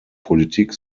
politik